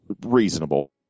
reasonable